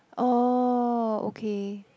oh okay